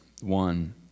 one